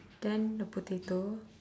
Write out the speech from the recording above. then the potato